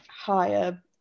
higher